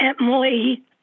Emily